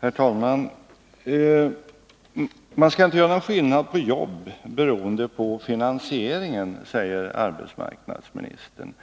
Herr talman! Man skall inte göra någon skillnad på jobb med anledning av finansieringen, sade arbetsmarknadsministern.